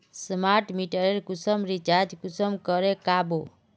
Smart मीटरेर कुंसम recharge कुंसम करे का बो?